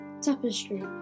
tapestry